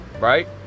right